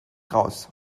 raus